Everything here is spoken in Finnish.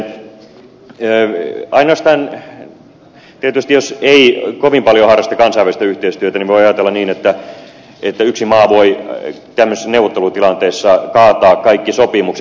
ainoastaan tietysti jos ei kovin paljon harrasta kansainvälistä yhteistyötä voi ajatella niin että yksi maa voi tämmöisessä neuvottelutilanteessa kaataa kaikki sopimukset